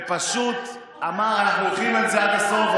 ופשוט הוא אמר: אנחנו לוקחים את זה עד הסוף,